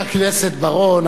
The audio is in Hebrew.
חבר הכנסת בר-און,